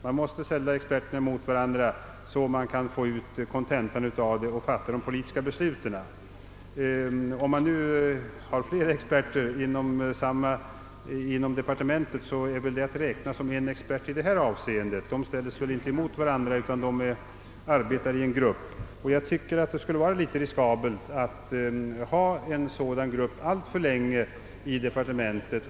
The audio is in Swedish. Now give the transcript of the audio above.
Man måste ställa experterna mot varandra så att man kan få ut kontentan av deras uppfattningar och på grundval härav fatta de politiska besluten. Om man nu har flera experter inom departementet, är väl dessa i detta avseende att räkna som en expert. De ställs väl inte mot varandra utan arbetar i en grupp. Enligt min mening är det riskabelt att ha en sådan grupp alltför länge i ett departement.